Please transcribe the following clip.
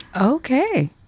Okay